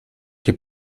que